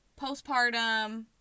postpartum